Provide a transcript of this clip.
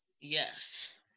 Yes